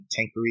tankery